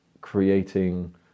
creating